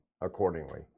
accordingly